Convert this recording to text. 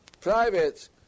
private